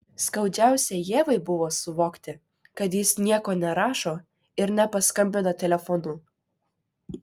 skaudžiausia ievai buvo suvokti kad jis nieko nerašo ir nepaskambina telefonu